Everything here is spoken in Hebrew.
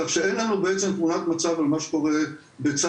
כך שאין לנו בעצם תמונת מצב על מה שקורה בצה"ל,